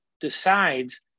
decides